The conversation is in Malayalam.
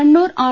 കണ്ണൂർ ആർ